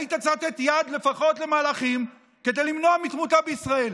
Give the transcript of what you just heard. היית צריך לתת יד לפחות למהלכים כדי למנוע תמותה בישראל.